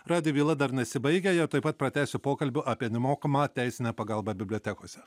radijo byla dar nesibaigia ją tuoj pat pratęsiu pokalbiu apie nemokamą teisinę pagalbą bibliotekose